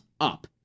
up